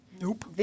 Nope